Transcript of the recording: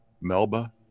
melba